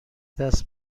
دست